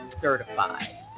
certified